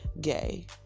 gay